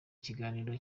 kiganiro